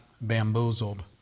bamboozled